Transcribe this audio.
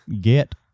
Get